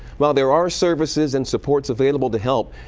while there are services and supports available to help,